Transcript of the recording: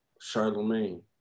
Charlemagne